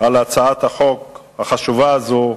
על הצעת החוק החשובה הזאת,